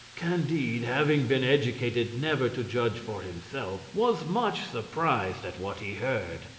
candide, having been educated never to judge for himself, was much surprised at what he heard.